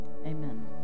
amen